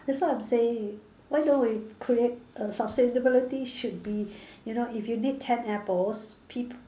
that's what I'm saying why don't we create err sustainability should be you know if you need ten apples peop~